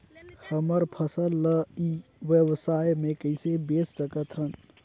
हमर फसल ल ई व्यवसाय मे कइसे बेच सकत हन?